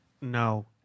No